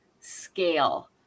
scale